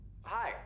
Hi